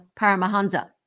Paramahansa